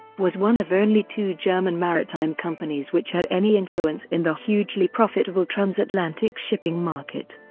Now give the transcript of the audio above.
was one of only two german maritime companies which had any influence in the hugely profitable transatlantic shipping market.